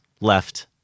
left